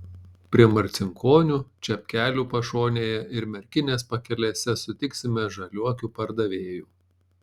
prie marcinkonių čepkelių pašonėje ir merkinės pakelėse sutiksime žaliuokių pardavėjų